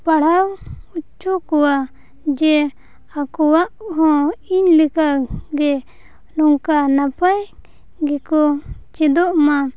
ᱯᱟᱲᱦᱟᱣ ᱚᱪᱚ ᱠᱚᱣᱟ ᱡᱮ ᱟᱠᱚᱣᱟᱜ ᱦᱚᱸ ᱤᱧᱞᱮᱠᱟᱜᱮ ᱱᱚᱝᱠᱟ ᱱᱟᱯᱟᱭᱜᱮᱠᱚ ᱪᱮᱫᱚᱜ ᱢᱟ